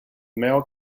male